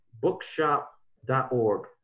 bookshop.org